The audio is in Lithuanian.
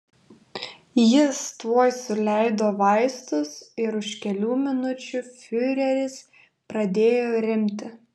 jis tuoj suleido vaistus ir už kelių minučių fiureris pradėjo rimti